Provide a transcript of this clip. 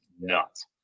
nuts